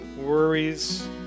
worries